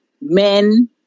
men